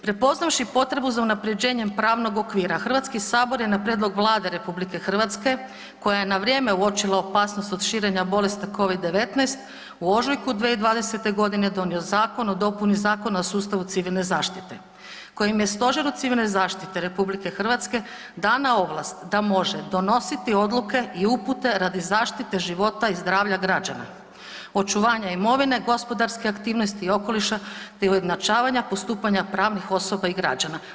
Prepoznavši potrebu za unapređenjem pravnog okvira Hrvatski Sabor je na prijedlog Vlade Republike Hrvatske koja je na vrijeme uočila opasnost od širenja bolesti COVID-19 u ožujku 2020. godine donio Zakon o dopuni Zakona o sustavu civilne zaštite, kojim je Stožeru civilne zaštite Republike Hrvatske dana ovlast da može donositi odluke i upute radi zaštite života i zdravlja građana, očuvanja imovine, gospodarske aktivnosti i okoliša te ujednačavanja postupanja pravnih osoba i građana.